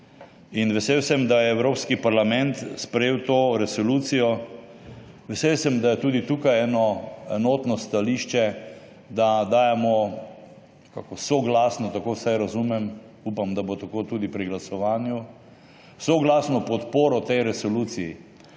Vesel sem, da je Evropski parlament sprejel to resolucijo. Vesel sem, da je tudi tukaj eno enotno stališče, da dajemo soglasno, tako vsaj razumem – upam, da bo tako tudi pri glasovanju – soglasno podporo tej resoluciji.